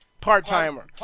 Part-timer